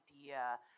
idea